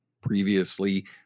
previously